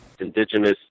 indigenous